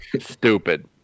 Stupid